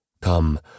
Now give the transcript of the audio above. Come